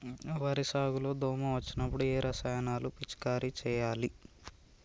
వరి సాగు లో దోమ వచ్చినప్పుడు ఏ రసాయనాలు పిచికారీ చేయాలి?